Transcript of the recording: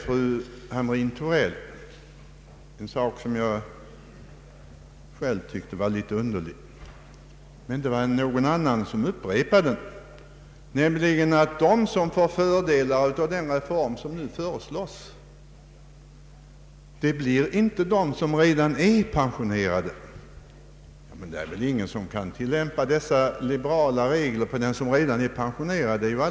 Fru Hamrin-Thorell sade något som jag tycker var en aning underligt, men det var någon som upprepade det, nämligen att de som får fördelar av den reform som nu föreslås inte blir de som redan är pensionerade. Det är ju alldeles omöjligt att tillämpa dessa liberala regler på dem som redan är pensionerade.